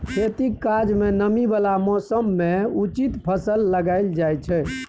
खेतीक काज मे नमी बला मौसम मे उचित फसल लगाएल जाइ छै